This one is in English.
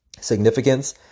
significance